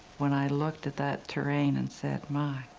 when i looked at that terrain and said, my,